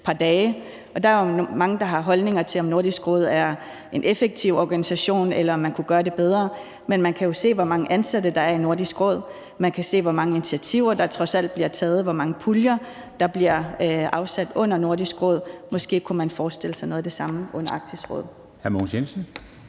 par dage, og der er jo mange, der har holdninger til, om Nordisk Råd er en effektiv organisation, eller om man kunne gøre det bedre. Men man kan jo se, hvor mange ansatte der er i Nordisk Råd, man kan se, hvor mange initiativer der trods alt bliver taget, og hvor mange puljer der bliver afsat under Nordisk Råd. Måske kunne man forestille sig noget af det samme under Arktisk Råd.